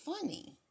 funny